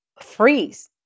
freeze